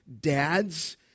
dads